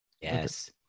Yes